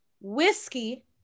whiskey